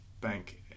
Bank